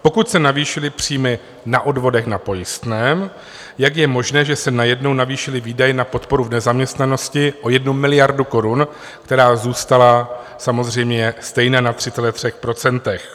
Pokud se navýšily příjmy na odvodech na pojistném, jak je možné, že se najednou navýšily výdaje na podporu v nezaměstnanosti o 1 miliardu korun, která zůstala samozřejmě stejně na 3,3 %.